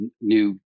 new